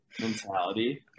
mentality